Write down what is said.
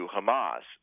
Hamas